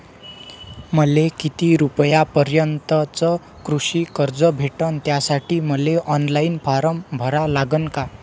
मले किती रूपयापर्यंतचं कृषी कर्ज भेटन, त्यासाठी मले ऑनलाईन फारम भरा लागन का?